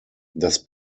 das